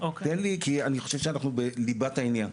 תן לי כי אני חושב שאנחנו בליבת העניין,